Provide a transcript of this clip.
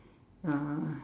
uh